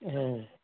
हाँ